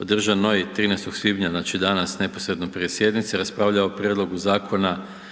održanoj 13. svibnja, znači danas, neposredno prije sjednice raspravljao o Prijedlogu Zakona